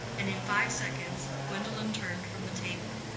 and in five seconds gwendolen turned from the table,